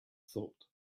thought